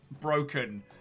broken